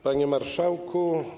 Panie Marszałku!